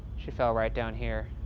she fell right down here.